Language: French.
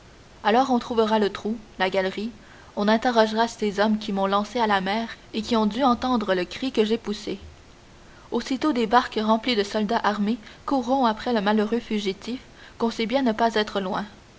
alors on trouvera le trou la galerie on interrogera ces hommes qui m'ont lancé à la mer et qui ont dû entendre le cri que j'ai poussé aussitôt des barques remplies de soldats armés courront après le malheureux fugitif qu'on sait bien ne pas être loin